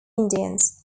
indians